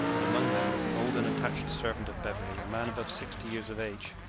and among them was an old and attached servant of beverley, a man above sixty years of age,